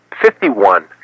fifty-one